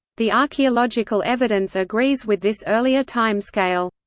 the archaeological evidence agrees with this earlier timescale.